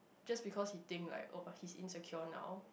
just because he think like oh but he's insecure now